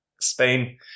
Spain